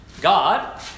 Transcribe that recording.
God